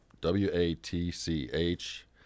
W-A-T-C-H